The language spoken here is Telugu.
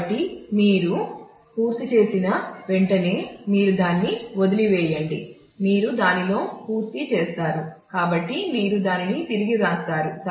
కాబట్టి మీరు పూర్తి చేసిన వెంటనే మీరు దాన్ని వదిలివేయండి మీరు దానితో పూర్తి చేసారు కాబట్టి మీరు దానిని తిరిగి వ్రాస్తారు